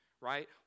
right